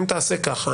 אם תעשה כך,